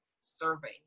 survey